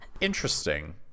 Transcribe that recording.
Interesting